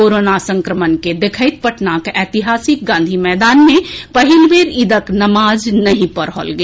corona संक्रमण के देखैत पटनाक ऐतिहासिक गांधी मैदान मे पहिल बेर ईदक नमाज नहि पढ़ल गेल